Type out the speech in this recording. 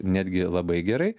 netgi labai gerai